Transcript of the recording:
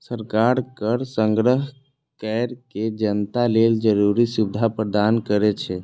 सरकार कर संग्रह कैर के जनता लेल जरूरी सुविधा प्रदान करै छै